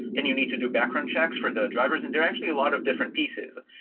and you need to do background checks for the drivers, and there are actually a lot of different pieces.